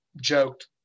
joked